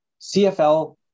CFL